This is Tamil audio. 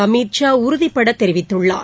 அமித் ஷா உறுதிபடத் தெரிவித்துள்ளார்